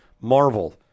Marvel